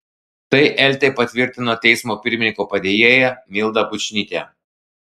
tai eltai patvirtino teismo pirmininko padėjėja milda bučnytė